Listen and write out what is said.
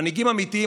מנהיגים אמיתיים,